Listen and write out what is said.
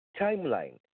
timeline